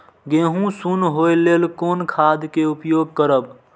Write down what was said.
गेहूँ सुन होय लेल कोन खाद के उपयोग करब?